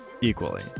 equally